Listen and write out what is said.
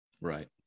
Right